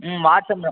ம் வாட்ஸப்பில்